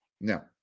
Now